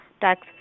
tax